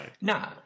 No